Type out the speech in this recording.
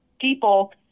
people